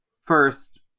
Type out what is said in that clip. first